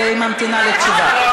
והיא ממתינה לתשובה.